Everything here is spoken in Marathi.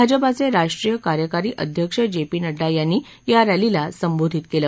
भाजपाचे राष्ट्रीय कार्यकारी अध्यक्ष जे पी नङ्डा यांनी या रॅलीला संबोधित केलं